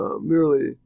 merely